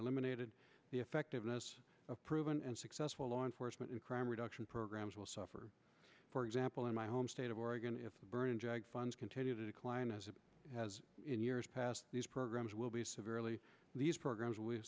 eliminated the effectiveness of proven and successful law enforcement and crime reduction programs will suffer for example in my home state of oregon if the burning jag funds continue to decline as it has in years past these programs will be severely these programs wi